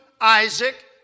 Isaac